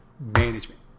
management